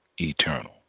eternal